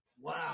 Wow